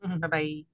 Bye-bye